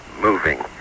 moving